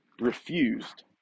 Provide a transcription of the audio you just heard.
refused